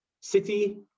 City